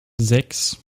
sechs